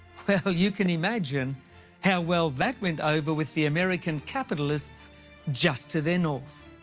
well, you can imagine how well that went over with the american capitalists just to their north.